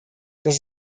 dass